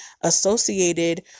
associated